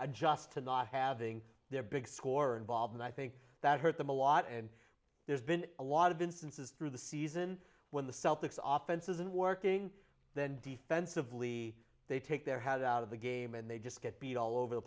adjust to not having their big score involved and i think that hurt them a lot and there's been a lot of instances through the season when the celtics often says and working then defensively they take their head out of the game and they just get beat all over the